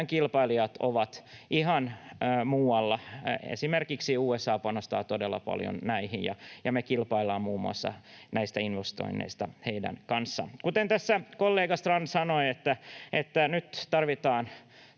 kilpailijat ovat ihan muualla. Esimerkiksi USA panostaa todella paljon näihin, ja me kilpaillaan muun muassa näistä investoinneista heidän kanssaan. Kuten tässä kollega Strand sanoi, nyt tarvitaan